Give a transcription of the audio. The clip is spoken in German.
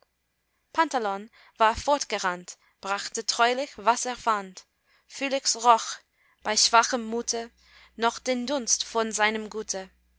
pantelon war fortgerannt brachte treulich was er fand phylax roch bei schwachem mute noch den dunst von seinem gute